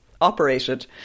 operated